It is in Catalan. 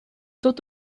tot